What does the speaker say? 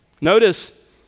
Notice